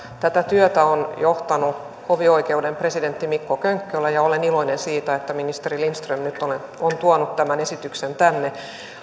tätä työtä on johtanut hovioikeuden presidentti mikko könkkölä ja olen iloinen siitä että ministeri lindström nyt on tuonut tämän esityksen tänne